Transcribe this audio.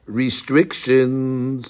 restrictions